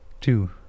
two